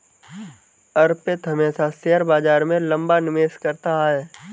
अर्पित हमेशा शेयर बाजार में लंबा निवेश करता है